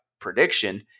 prediction